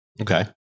Okay